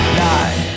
die